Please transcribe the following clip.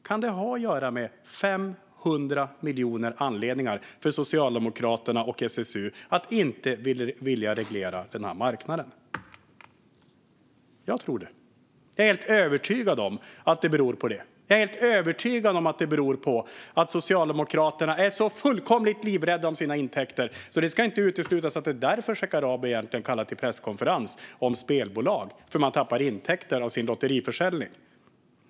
Kan det ha att göra med 500 miljoner anledningar för Socialdemokraterna och SSU att inte vilja reglera marknaden? Jag är helt övertygad om att det beror på att Socialdemokraterna är så fullkomligt livrädda om sina intäkter. Det ska inte uteslutas att det är därför Shekarabi kallar till presskonferens om spelbolag, det vill säga för att man tappar intäkter från sin lotteriförsäljning.